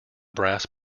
brass